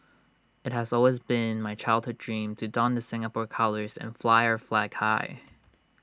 IT has always been my childhood dream to don the Singapore colours and fly our flag high